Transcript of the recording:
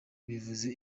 bivuze